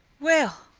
well,